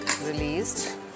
released